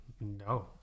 No